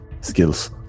skills